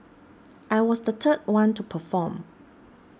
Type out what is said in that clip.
I was the third one to perform